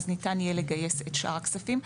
יהיה ניתן לגייס את שאר הכספים.